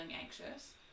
anxious